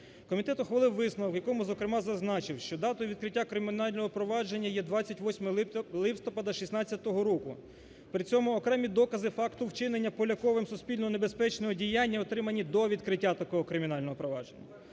Комітет ухвалив висновок, в якому, зокрема, зазначив, що датою відкриття кримінального провадження є 28 листопада 2016 року. При цьому окремі докази факту вчинення Поляковим суспільно небезпечного діяння отримані до відкриття такого кримінального провадження.